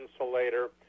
insulator